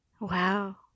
Wow